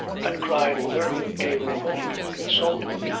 and cried with her, and gave her hope, and consoled her,